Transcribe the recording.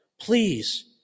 Please